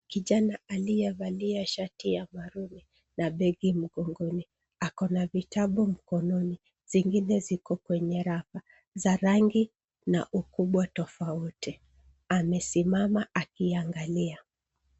Kijana aliyevali shati ya maruni na begi mgongoni ako na vitabu mkonkoni ,zingine ziko kwenye rafa za rangi na ukubwa tofauti amesimama akiangalia.